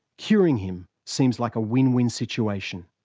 curing him seems like a win-win situation.